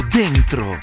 dentro